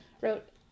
wrote